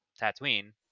tatooine